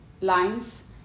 lines